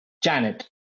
Janet